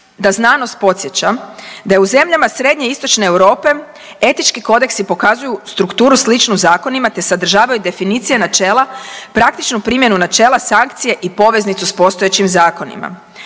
da znanost podsjeća da u zemljama srednje i istočne Europe etički kodeksi pokazuju strukturu sličnu zakonima te sadržavaju definicije načela, praktičnu primjenu načela, sankcije i poveznicu s postojećim zakonima.